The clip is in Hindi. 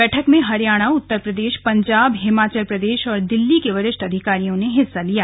बैठक में हरियाणा उत्तर प्रदेश पंजाब हिमाचल प्रदेश और दिल्ली के वरिष्ठ अधिकारियों ने हिस्सा लिया